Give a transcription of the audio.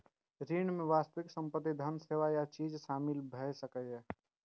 ऋण मे वास्तविक संपत्ति, धन, सेवा या चीज शामिल भए सकैए